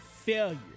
failure